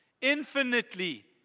infinitely